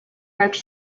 roach